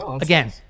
again